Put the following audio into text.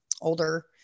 older